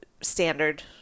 standard